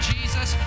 Jesus